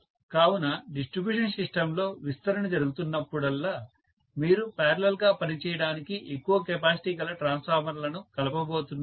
కావున డిస్ట్రిబ్యూషన్ సిస్టంలో విస్తరణ జరుగుతున్నప్పుడల్లా మీరు పారలల్ గా పనిచేయడానికి ఎక్కువ కెపాసిటీ గల ట్రాన్స్ఫార్మర్లను కలపబోతున్నారు